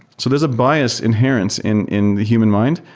so there's a bias inherence in in the human mind,